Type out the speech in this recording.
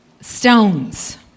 Stones